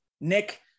Nick